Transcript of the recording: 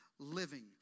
Living